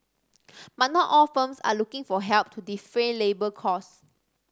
but not all firms are looking for help to defray labour costs